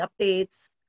updates